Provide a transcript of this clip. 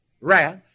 Wrath